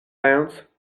bounce